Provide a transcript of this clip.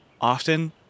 often